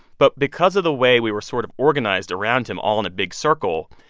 but because of the way we were sort of organized around him all in a big circle,